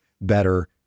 better